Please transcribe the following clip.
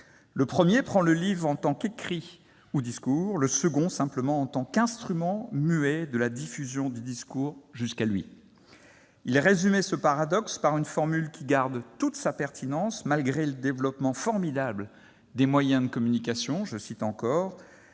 Le premier prend le livre en tant qu'écrit ou discours ; le second simplement en tant qu'instrument muet de la diffusion du discours jusqu'à lui ». Il résumait ce paradoxe par une formule qui garde toute sa pertinence, malgré le développement formidable des moyens de communication :«